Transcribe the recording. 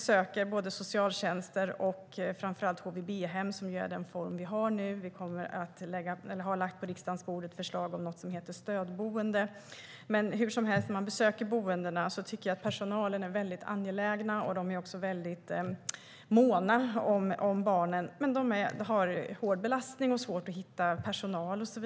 När jag besöker socialtjänster och framför allt HVB-hem, den boendeform som finns nu, tycker jag att personalen på dessa boenden visar att de är angelägna om att ta hand om och måna om barnen. Men boendena är hårt belastade och har svårt att hitta personal.